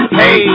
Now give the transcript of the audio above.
hey